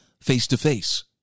face-to-face